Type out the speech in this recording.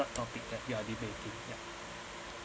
third topic that you are debating yup